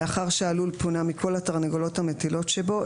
לאחר שהלול פונה מכל התרנגולות המטילות שבו,